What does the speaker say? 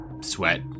sweat